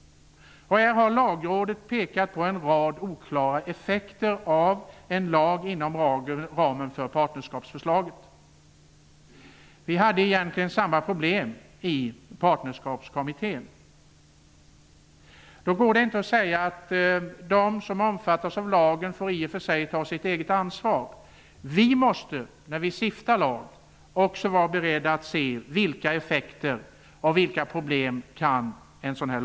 Lagrådet har pekat på en rad oklara effekter av en lag inom ramen för partnerskapsförslaget. Vi hade egentligen samma problem i Partnerskapskommittén. Det går inte att säga att de som omfattas av lagen får ta sitt eget ansvar. Vi måste när vi stiftar lag också vara beredda att se vilka effekter och vilka problem en lagstiftning kan få.